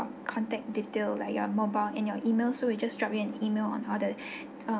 contact detail like your mobile and your email so we'll just drop you an email and all the